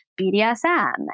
BDSM